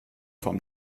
vom